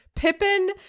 Pippin